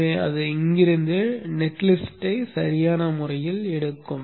எனவே அது இங்கிருந்து நெட் லிஸ்ட் சரியான முறையில் எடுக்கும்